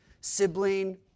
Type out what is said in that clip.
sibling